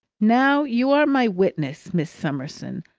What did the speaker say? now, you are my witness, miss summerson,